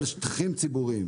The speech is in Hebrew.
על שטחים ציבורים.